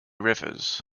rivers